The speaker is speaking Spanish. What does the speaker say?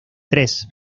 tres